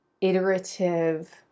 iterative